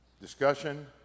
discussion